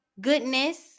goodness